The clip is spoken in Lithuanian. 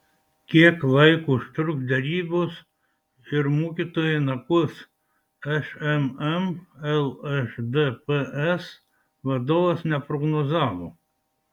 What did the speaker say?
kiek laiko užtruks derybos ir mokytojai nakvos šmm lšdps vadovas neprognozavo